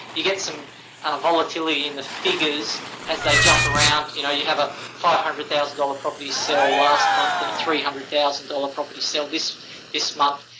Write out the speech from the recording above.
you get some volatility in the figures as they jump around. you know you have a five hundred thousand dollars property sell last month and a three hundred thousand dollars property sell this this month.